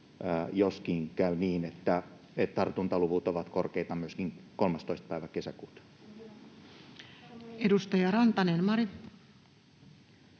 jos käy niin, että tartuntaluvut ovat korkeita myöskin 13. päivä kesäkuuta. Edustajan mikki.